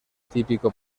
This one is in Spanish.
típico